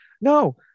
no